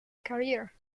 career